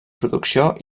producció